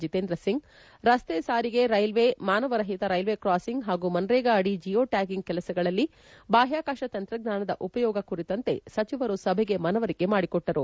ಜಿತೇಂದ್ರಸಿಂಗ್ ರಸ್ತೆ ಸಾರಿಗೆ ರೈಲ್ವೆ ಮಾನವ ರಹಿತ ರೈಲ್ವೆ ಕ್ರಾಸಿಂಗ್ ಹಾಗೂ ಮನ್ರೇಗಾ ಅಡಿ ಜಿಯೋ ಟ್ಲಾಗಿಂಗ್ ಕೆಲಸಗಳಲ್ಲಿ ಬಾಹ್ಕಾಕಾಶ ತಂತ್ರಜ್ಞಾನದ ಉಪಯೋಗ ಕುರಿತಂತೆ ಸಚಿವರು ಸಭೆಗೆ ಮನವರಿಕೆ ಮಾಡಿಕೊಟ್ಲರು